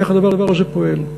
איך הדבר הזה פועל?